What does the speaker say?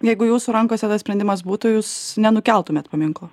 jeigu jūsų rankose tas sprendimas būtų jūs nenukeltumėt paminko